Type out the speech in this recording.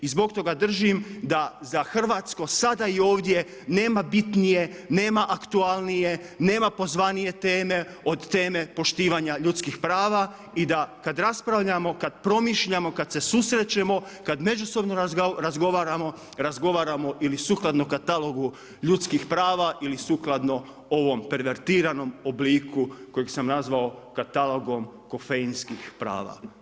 I zbog toga držim da za Hrvatsku sada i ovdje, nema bitnije, nema aktualnije, nema pozvanije teme, od teme poštivanja ljudskih prava i da kad raspravljamo, kad promišljamo, kad se susrećemo, kad međusobno razgovaramo, razgovaramo ili sukladno katalogu ljudskih prava ili sukladno ovom pervertiranom obliku, koji sam nazvao katalogom kofeinskih prava.